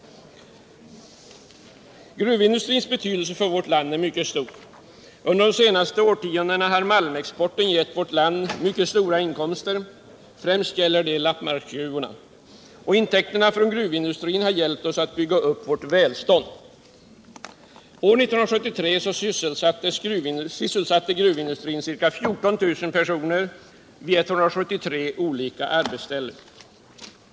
Gruvindustrins betydelse för vårt land är mycket stor. Under de senaste årtiondena har malmexporten gett vårt land mycket stora inkomster, och främst gäller det då lappmarksgruvorna. Intäkterna från gruvindustrin har hjälpt oss att bygga upp vårt välstånd. År 1973 sysselsatte gruvindustrin ca 14 000 personer vid 173 olika arbetsställen.